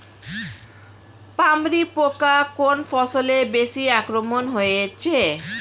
পামরি পোকা কোন ফসলে বেশি আক্রমণ হয়েছে?